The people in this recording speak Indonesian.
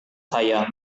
saya